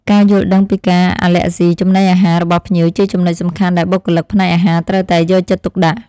ការយល់ដឹងពីការអាឡែស៊ីចំណីអាហាររបស់ភ្ញៀវជាចំណុចសំខាន់ដែលបុគ្គលិកផ្នែកអាហារត្រូវតែយកចិត្តទុកដាក់។